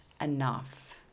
enough